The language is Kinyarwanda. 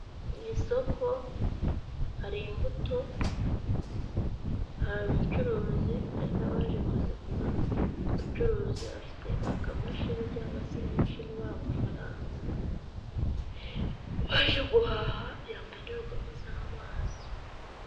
Mu isoko hari imbuto, hari umucuruzi, hari n'abaje kuzigura, umucuruzi afite akamashini cyangwa se imashini ibara amafaranga, uwaje guhaha yambaye indorerwamo z'amaso.